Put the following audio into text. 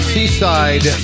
Seaside